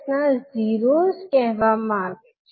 𝐻𝑠 ના ઝીરો અને પોલ ઘણીવાર 𝑠 પ્લેન માં બતાવેલા હોય છે